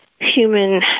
human